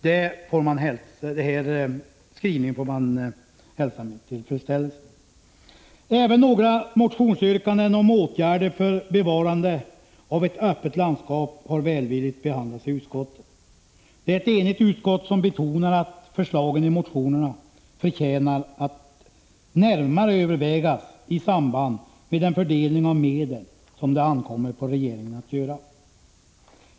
Den skrivningen får man hälsa med tillfredsställelse. Även några motionsyrkanden om åtgärder för bevarande av ett öppet landskap har behandlats välvilligt i utskottet. Det är ett enigt utskott som betonar att förslagen i motionerna förtjänar att närmare övervägas i samband med den fördelning av medel som det ankommer på regeringen att göra.